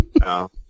No